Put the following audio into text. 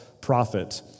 prophet